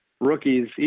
rookies